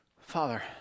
Father